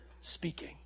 speaking